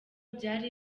byari